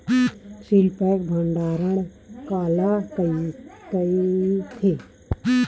Seal pack भंडारण काला कइथे?